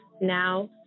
Now